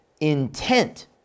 intent